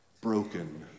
broken